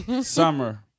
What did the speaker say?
Summer